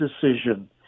decision